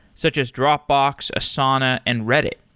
such as dropbox, asana and reddit.